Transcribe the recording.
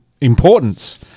importance –